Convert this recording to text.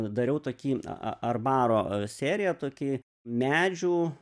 dariau tokį aa arbaro seriją tokį medžių